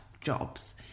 jobs